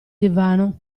divano